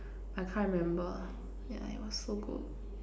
I can't remember yeah it was so good